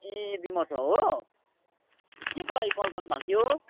ए विमर्श हो केको लागि कल गर्नु भएको थियो